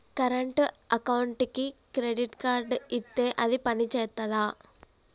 Current అకౌంట్కి credit card ఇత్తే అది పని చేత్తదా?